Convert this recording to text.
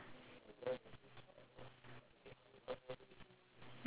ya worst way to meet someone okay okay then they become your significant other